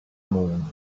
moon